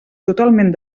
totalment